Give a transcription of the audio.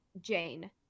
Jane